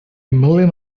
million